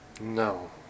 No